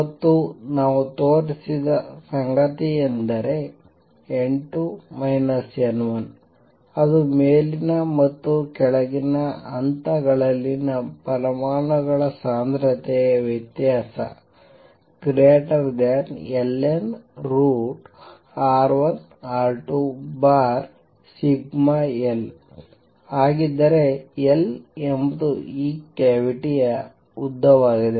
ಮತ್ತು ನಾವು ತೋರಿಸಿದ ಸಂಗತಿಯೆಂದರೆ n2 n1 ಅದು ಮೇಲಿನ ಮತ್ತು ಕೆಳಗಿನ ಹಂತಗಳಲ್ಲಿನ ಪರಮಾಣುಗಳ ಸಾಂದ್ರತೆಯ ವ್ಯತ್ಯಾಸ ln√σL ಆಗಿದ್ದರೆ L ಎಂಬುದು ಈ ಕ್ಯಾವಿಟಿಯ ಉದ್ದವಾಗಿದೆ